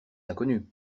inconnus